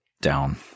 down